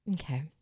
Okay